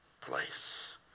place